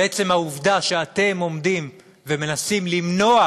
ועצם העובדה שאתם עומדים ומנסים למנוע